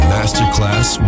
Masterclass